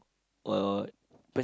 what what what